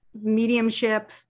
mediumship